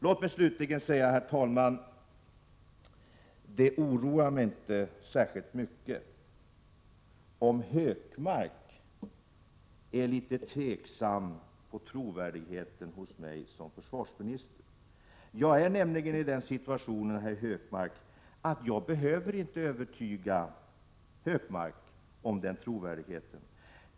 Låt mig slutligen, herr talman, säga följande: Det oroar mig inte särskilt mycket om Hökmark är litet tveksam beträffande min trovärdighet i egenskap av försvarsminister. Jag är nämligen i den situationen, herr Hökmark, att jag inte behöver övertyga Hökmark om min trovärdighet.